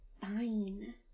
Fine